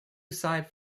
side